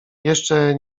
jeszcze